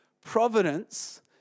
providence